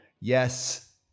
Yes